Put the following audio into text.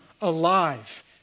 alive